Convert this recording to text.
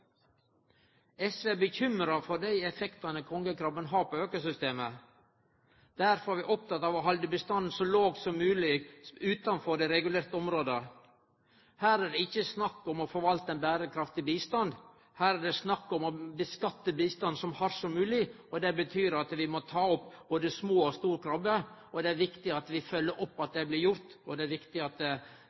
SV er bekymra for dei effektane kongekrabben har på økosystemet. Derfor er vi opptekne av å halde bestanden så låg som mogleg utanfor dei regulerte områda. Her er det ikkje snakk om å forvalte ein berekraftig bestand. Her er det snakk om å skattleggje bestanden så hardt som mogleg, og det betyr at vi må ta opp både små og store krabbar. Det er viktig at vi følgjer opp at det blir gjort, og det er viktig at